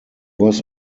was